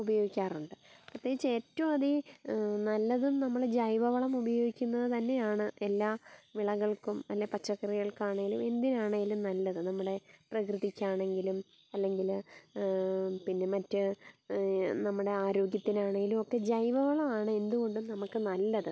ഉപയോഗിക്കാറുണ്ട് പ്രത്യേകിച്ച് ഏറ്റോം അധികം നല്ലതെന്ന് നമ്മൾ ജൈവവളം ഉപയോഗിക്കുന്നത് തന്നെയാണ് എല്ലാ വിളകൾക്കും അല്ലേ പച്ചക്കറികൾക്കാണേലും എന്തിനാണേലും നല്ലത് നമ്മുടെ പ്രകൃതിക്കാണെങ്കിലും അല്ലെങ്കിൽ പിന്നെ മറ്റ് നമ്മുടെ ആരോഗ്യത്തിനാണേലും ഒക്കെ ജൈവവളമാണ് എന്തുകൊണ്ടും നമുക്ക് നല്ലത്